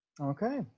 Okay